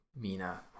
Mina